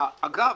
אגב,